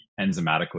enzymatically